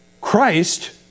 Christ